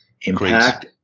impact